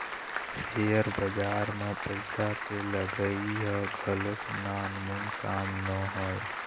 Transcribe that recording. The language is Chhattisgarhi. सेयर बजार म पइसा के लगई ह घलोक नानमून काम नोहय